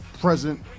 present